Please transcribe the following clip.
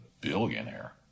billionaire